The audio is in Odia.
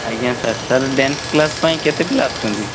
ଆଜ୍ଞା ସାର୍ ସାର୍ ଡାନ୍ସ୍ କ୍ଲାସ୍ ପାଇଁ କେତେ ପିଲା ଆସୁଛନ୍ତି